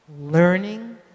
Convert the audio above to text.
learning